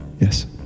Yes